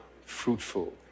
fruitful